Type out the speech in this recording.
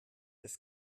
ist